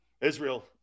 Israel